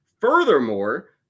Furthermore